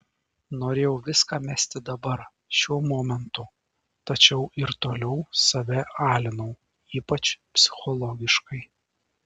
norėjau viską mesti dabar šiuo momentu tačiau ir toliau save alinau ypač psichologiškai